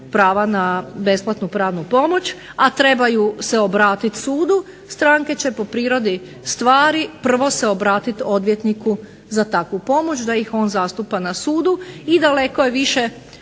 na besplatnu pravnu pomoć, a trebaju se obratiti sudu stranke će po prirodi stvari prvo se obratiti odvjetniku za takvu pomoć da ih on zastupa na sudu, i daleko je više u